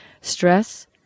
Stress